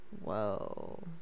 whoa